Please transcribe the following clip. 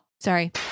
sorry